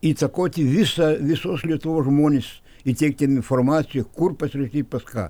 įtakoti visą visos lietuvos žmones įteikt jiem informaciją kur pasirašyt pas ką